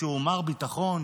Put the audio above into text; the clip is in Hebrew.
שהוא מר ביטחון